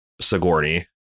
Sigourney